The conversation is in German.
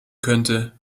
könnte